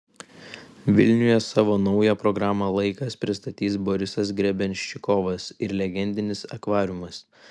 vilniuje savo naują programą laikas pristatys borisas grebenščikovas ir legendinis akvariumas